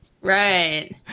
Right